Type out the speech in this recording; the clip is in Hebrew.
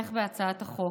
תומך בהצעת החוק.